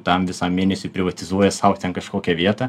tam visam mėnesiui privatizuoja sau ten kažkokią vietą